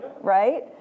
right